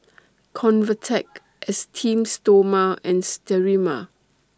Convatec Esteem Stoma and Sterimar